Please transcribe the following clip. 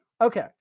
Okay